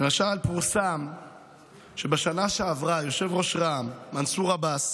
למשל פורסם שבשנה שעברה יושב-ראש רע"מ מנסור עבאס